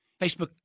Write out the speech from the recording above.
Facebook